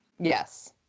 Yes